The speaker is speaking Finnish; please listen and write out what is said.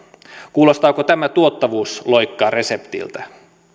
kuulostaako tämä tuottavuusloikka reseptiltä